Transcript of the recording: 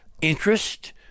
interest